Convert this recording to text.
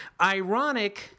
Ironic